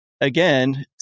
again